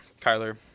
Kyler